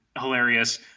hilarious